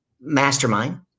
mastermind